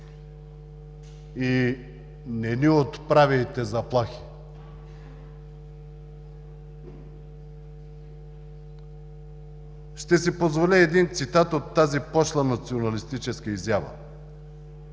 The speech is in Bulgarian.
И не ни отправяйте заплахи! Ще си позволя един цитат от тази пошла националистическа изява: